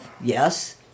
Yes